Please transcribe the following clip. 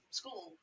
school